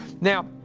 Now